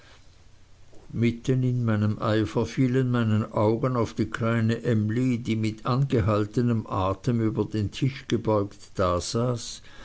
mitten in meinem eifer fielen meine augen auf die kleine emly die mit angehaltenem atem über den tisch gebeugt dasaß